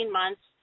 months